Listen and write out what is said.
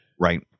Right